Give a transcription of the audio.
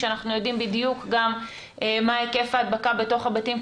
כשאנחנו יודעים בדיוק גם מה היקף ההדבקה בתוך הבתים,